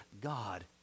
God